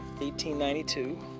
1892